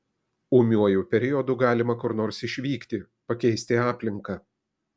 ūmiuoju periodu galima kur nors išvykti pakeisti aplinką